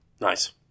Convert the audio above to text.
Nice